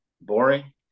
Boring